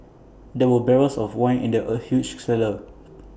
there were barrels of wine in the A huge cellar